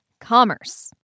commerce